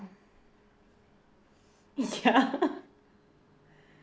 ya